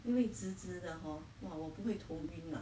因为直直的 hor ah 我不会头晕了